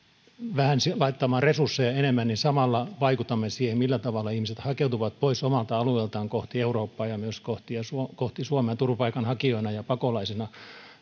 vähän laittamaan resursseja enemmän samalla vaikutamme siihen millä tavalla ihmiset hakeutuvat pois omalta alueeltaan kohti eurooppaa ja myös kohti suomea turvapaikanhakijoina ja pakolaisina